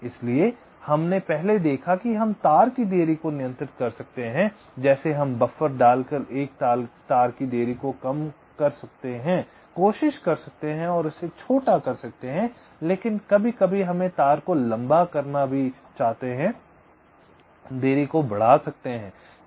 इसलिए हमने पहले देखा कि हम तार की देरी को नियंत्रित कर सकते हैं जैसे हम बफ़र डालकर एक तार की देरी को कम कर सकते हैं कोशिश कर सकते हैं और इसे छोटा कर सकते हैं लेकिन कभी कभी हम तार को लंबा करना भी चाहते हैं देरी को बढ़ा सकते हैं